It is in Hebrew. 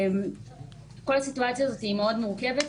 כל הסיטואציה הזאת מאוד מורכבת,